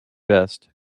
best